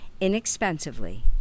inexpensively